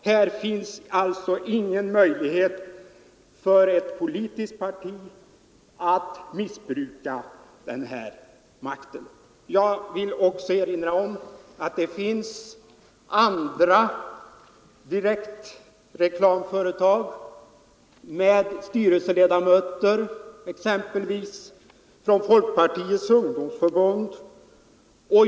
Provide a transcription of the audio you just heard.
Här finns ingen möjlighet för ett politiskt parti att missbruka någon makt. Jag vill också erinra om att det finns andra direktreklamföretag med styrelseledamöter exempelvis från folkpartiets ungdomsförbund.